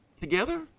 together